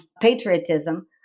patriotism